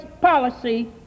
policy